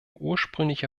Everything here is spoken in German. ursprüngliche